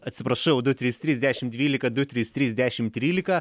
atsiprašau du trys trys dešimt dvylika du trys trys dešimt trylika